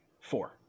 Four